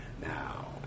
Now